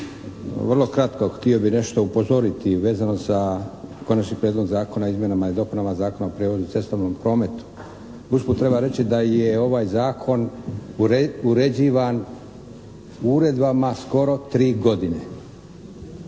Vrlo kratko htio bih nešto upozoriti vezano za Konačni prijedlog Zakona o izmjenama i dopunama Zakona o prijevozu u cestovnom prometu. Usput treba reći da je ovaj Zakon uređivan uredbama skoro 3 godine.